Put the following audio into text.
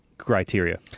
Criteria